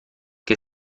che